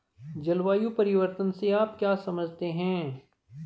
जलवायु परिवर्तन से आप क्या समझते हैं?